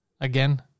again